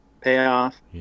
Payoff